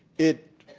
it